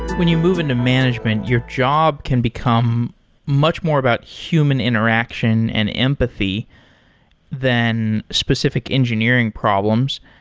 when you move into management, your job can become much more about human interaction and empathy than specific engineering problems.